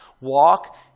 walk